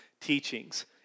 teachings